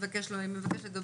בבקשה.